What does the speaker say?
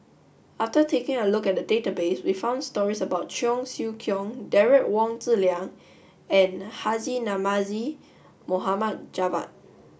after taking a look at the database we found stories about Cheong Siew Keong Derek Wong Zi Liang and Haji Namazie Mohd Javad